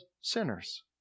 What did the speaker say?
sinners